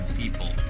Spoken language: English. people